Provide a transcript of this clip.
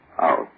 Out